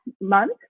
month